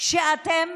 שאתם